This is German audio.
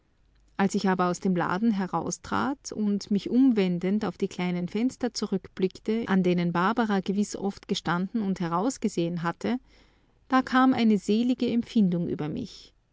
als ich aber aus dem laden heraustrat und mich umwendend auf die kleinen fenster zurückblickte an denen barbara gewiß oft gestanden und herausgesehen hatte da kam eine selige empfindung über mich